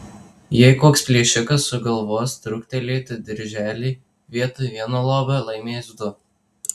jei koks plėšikas sugalvos truktelėti dirželį vietoj vieno lobio laimės du